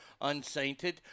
unsainted